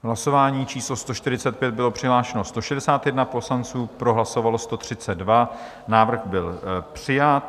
V hlasování číslo 145 bylo přihlášeno 161 poslanců, pro hlasovalo 132, návrh byl přijat.